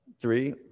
three